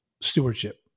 stewardship